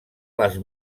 les